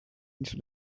into